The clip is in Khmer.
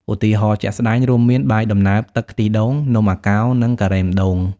ឧទាហរណ៍ជាក់ស្ដែងរួមមាន បាយដំណើបទឹកខ្ទិះដូង នំអាកោរ និង ការ៉េមដូង។